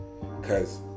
Cause